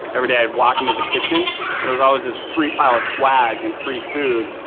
every day i'd walk into the kitchen and there was always this pre-pile of swag and free food.